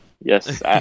Yes